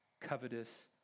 covetous